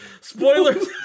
Spoilers